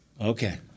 Okay